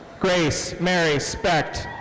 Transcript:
grace mary specht.